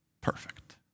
perfect